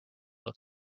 look